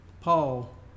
Paul